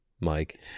Mike